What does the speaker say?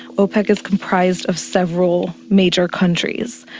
opec is comprised of several major countries.